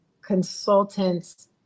consultants